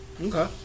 Okay